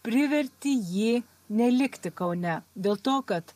privertė jį nelikti kaune dėl to kad